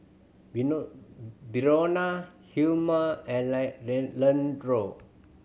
Brionna Hilmer and Leandro